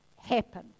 happen